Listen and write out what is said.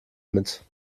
mit